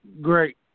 great